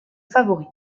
favoris